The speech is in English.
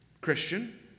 Christian